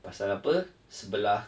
pasal apa sebelah